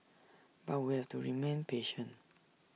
but we have to remain patient